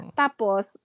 tapos